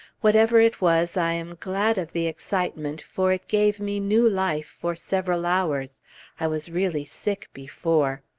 whatever it was, i am glad of the excitement, for it gave me new life for several hours i was really sick before.